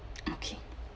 okay